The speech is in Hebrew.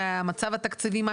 מצב התקציבים,